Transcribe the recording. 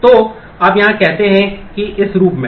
तो यहाँ आप कहते हैं कि इस रूप में